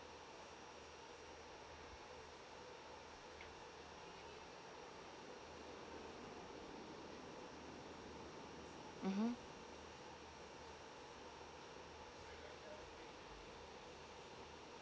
mmhmm